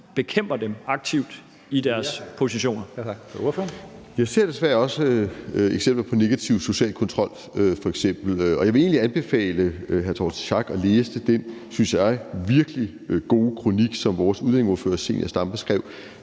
19:49 Martin Lidegaard (RV): Jeg ser desværre også eksempler på f.eks. negativ social kontrol, og jeg vil egentlig anbefale hr. Torsten Schack Pedersen at læse den, synes jeg, virkelig gode kronik, som vores udlændingeordfører, Zenia Stampe, skrev,